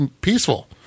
peaceful